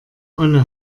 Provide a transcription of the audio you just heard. olle